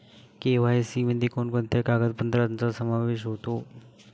KYC मध्ये कोणकोणत्या कागदपत्रांचा समावेश होतो?